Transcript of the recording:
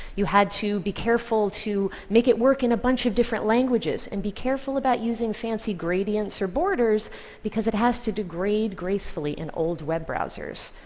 you had to be careful to make it work in a bunch of different languages, and be careful about using fancy gradients or borders because it has to degrade gracefully in old web browsers.